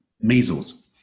measles